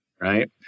right